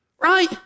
right